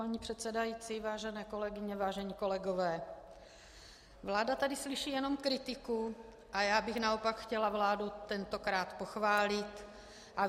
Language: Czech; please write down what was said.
Paní předsedající, vážené kolegyně, vážení kolegové, vláda tady slyší jenom kritiku a já bych naopak chtěla vládu tentokrát pochválit.